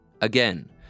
Again